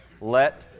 let